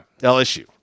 LSU